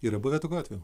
yra buvę tokių atvejų